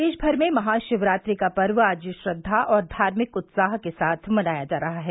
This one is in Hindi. प्रदेशभर में महाशिवरात्रि का पर्व आज श्रद्वा और धार्मिक उत्साह के साथ मनाया जा रहा है